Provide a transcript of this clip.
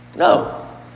No